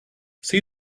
see